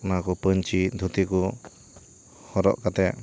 ᱚᱱᱟ ᱠᱚ ᱯᱟᱹᱧᱪᱤ ᱫᱷᱩᱛᱤ ᱠᱚ ᱦᱚᱨᱚᱜ ᱠᱟᱛᱮ